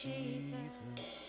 Jesus